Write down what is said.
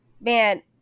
man